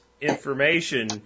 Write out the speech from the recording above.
information